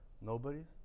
nobody's